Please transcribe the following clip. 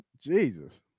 Jesus